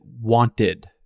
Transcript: wanted